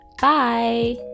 bye